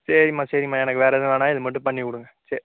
சரிம்மா சரிம்மா எனக்கு வேற எதுவும் வேணாம் இது மட்டும் பண்ணி கொடுங்க சேரி